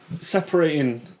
separating